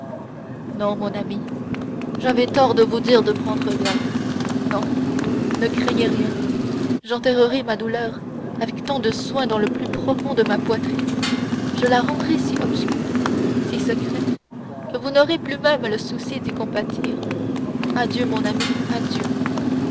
non mon ami j'avais tort de vous dire de prendre garde non ne craignez rien j'enterrerai ma douleur avec tant de soin dans le plus profond de ma poitrine je la rendrai si obscure si secrète que vous n'aurez plus même le souci d'y compatir adieu mon ami adieu